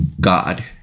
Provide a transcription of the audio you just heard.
God